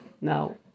Now